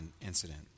incident